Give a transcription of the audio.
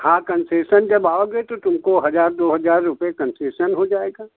हाँ कन्सेशन तुम जब आओगे तो तुमको हज़ार दो हज़ार रुपये कन्सेशन हो जाएगा